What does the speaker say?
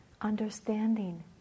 understanding